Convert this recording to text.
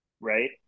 right